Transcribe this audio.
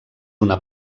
una